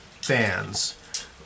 fans